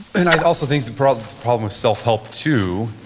and i also think the problem problem with self-help too,